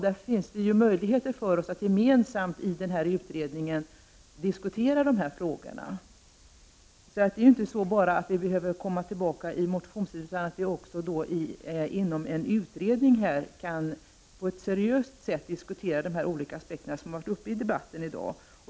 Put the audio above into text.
Nu finns möjligheter för oss att gemensamt i en utredning diskutera dessa frågor. Vi behöver inte återkomma motionsvägen, utan vi kan inom en utredning på ett seriöst sätt diskutera de olika aspekter som tagits upp i debatten i dag.